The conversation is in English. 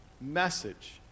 message